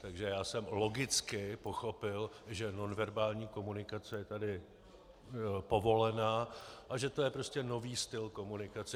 Takže jsem logicky pochopil, že nonverbální komunikace je tady povolena a že to je prostě nový styl komunikace.